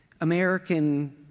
American